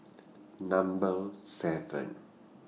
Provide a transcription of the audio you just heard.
Number seven